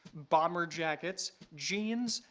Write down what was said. bomber jackets, jeans,